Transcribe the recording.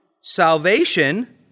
salvation